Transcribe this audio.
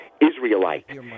Israelite